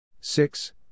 six